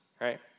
right